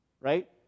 right